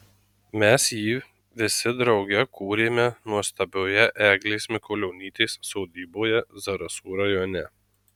mes jį visi drauge kūrėme nuostabioje eglės mikulionytės sodyboje zarasų rajone